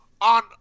On